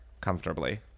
comfortably